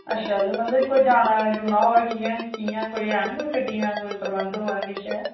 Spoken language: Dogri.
अच्छा जे मतलब कोई जाना जूना होऐ कि'यां कि'यां कोई हैन कोई गड्डियां कोई प्रबंध होऐ किश ऐ